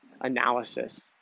analysis